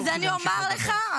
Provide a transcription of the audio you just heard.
אז אני אומר לך,